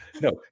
no